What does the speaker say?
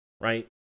right